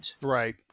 Right